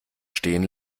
stehen